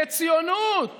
וציונות